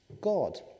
God